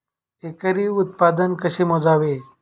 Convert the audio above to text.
एकरी उत्पादन कसे मोजावे?